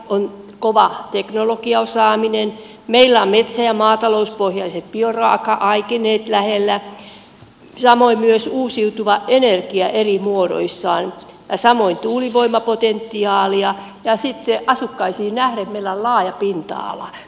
on kova teknologiaosaaminen meillä on metsä ja maatalouspohjaiset bioraaka aineet lähellä samoin myös uusiutuva energia eri muodoissaan samoin tuulivoimapotentiaalia ja sitten asukkaisiin nähden meillä on laaja pinta ala